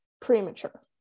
premature